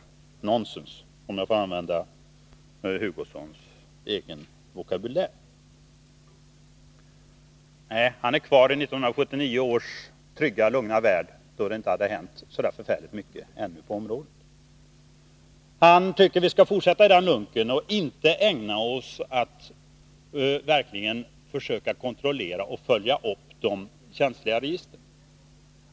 Det är nonsens, om jag får använda Kurt Hugossons egen vokabulär. Nej, Kurt Hugosson är kvar i 1979 års trygga, lugna värld, då det ännu inte hade hänt så mycket på det här området. Han tycker att vi skall fortsätta i samma lunk och inte försöka kontrollera och följa upp de känsliga registren.